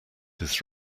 his